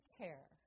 care